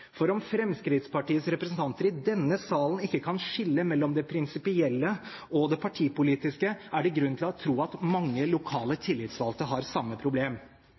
For om Fremskrittspartiets representanter i denne salen ikke kan skille mellom det prinsipielle og det partipolitiske, er det grunn til å tro at mange lokale tillitsvalgte har samme problem.